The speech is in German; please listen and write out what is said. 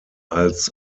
als